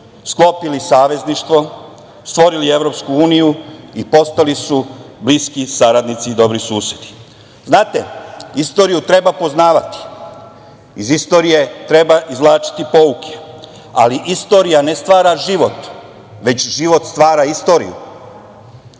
sklopili savezništvo, stvorili EU, i postali su bliski saradnici i dobri susedi. Znate, istoriju treba poznavati. Iz istorije treba izvlačiti pouke. Ali, istorija ne stvara život, već život stvara istoriju. Danas